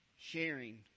sharing